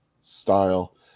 style